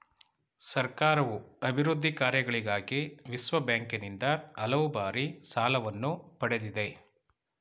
ಸರ್ಕಾರವು ಅಭಿವೃದ್ಧಿ ಕಾರ್ಯಗಳಿಗಾಗಿ ವಿಶ್ವಬ್ಯಾಂಕಿನಿಂದ ಹಲವು ಬಾರಿ ಸಾಲವನ್ನು ಪಡೆದಿದೆ